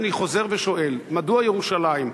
אני חוזר ושואל מדוע ירושלים,